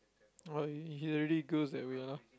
!wah! he he really goes that way lah